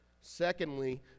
Secondly